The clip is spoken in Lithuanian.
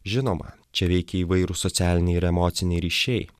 žinoma čia veikia įvairūs socialiniai ir emociniai ryšiai